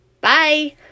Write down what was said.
Bye